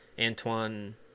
Antoine